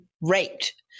raped